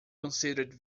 considered